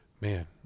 man